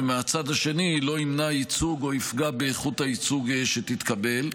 ומהצד השני לא ימנע ייצוג או יפגע באיכות הייצוג שתתקבל.